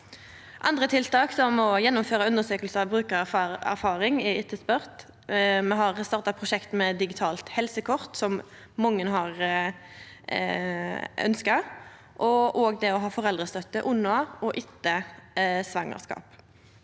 Andre tiltak, som å gjennomføra undersøking av brukarerfaring, er etterspurde. Me har starta prosjektet med digitalt helsekort, som mange har ønskt, og det å ha foreldrestøtte under og etter svangerskap.